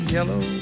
Yellow